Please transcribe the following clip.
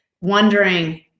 wondering